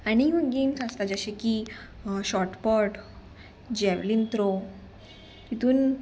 आनी गेम्स आसता जशे की शॉटपोट जेवलीन त्रो हितून